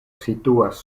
situas